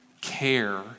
care